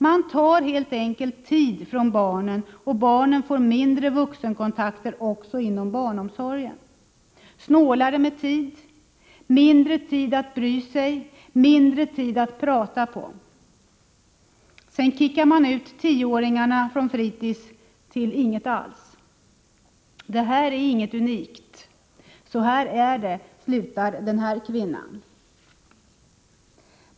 Man tar helt enkelt tid från barnen, och barnen får mindre av vuxenkontakter också inom barnomsorgen. Snålare med tid, mindre tid att bry sig, mindre tid att prata på. Sedan kickar man ut tioåringar från fritis till inget alls. Det här är inget unikt — så här är det, slutar denna kvinna.